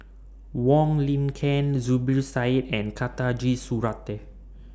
Wong Lin Ken Zubir Said and Khatijah Surattee